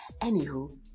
anywho